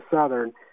Southern